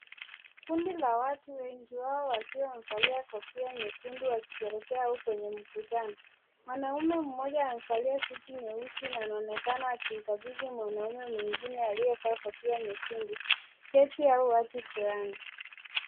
Kundi la watu wengi wao wakiwa wamevalia kofia nyekundu, wakisherehekea au kwenye mkutano. Mwanaume mmoja amevalia suti nyeusi na anaonekana akimkabidhi mwanaume mwingine aliyevaa kofia nyekundu cheti au hati fulani.